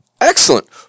Excellent